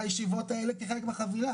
מי שזוכר את חוק ההסדרים הקודם-חוסר אמון משווע.